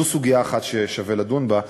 זו סוגיה אחת ששווה לדון בה,